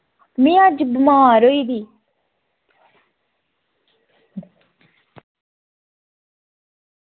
में अज्ज बमार होई गेदी